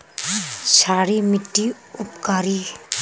क्षारी मिट्टी उपकारी?